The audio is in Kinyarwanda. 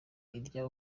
arya